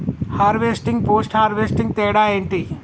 Harvesting, post harvesting తేడా ఏంటి?